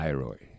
Iroy